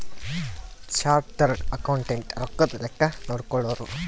chartered accountant ರೊಕ್ಕದ್ ಲೆಕ್ಕ ನೋಡ್ಕೊಳೋರು